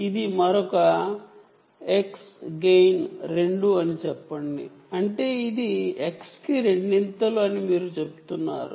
ఇది మరొక x గెయిన్ 2 అని అనుకుందాం అంటే ఇది x కి రెండింతలు అని మీరు చెప్తున్నారు